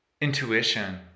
intuition